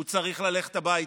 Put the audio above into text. הוא צריך ללכת הביתה.